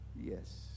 yes